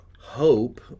hope